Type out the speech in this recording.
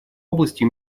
области